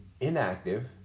inactive